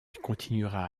continuera